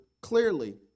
clearly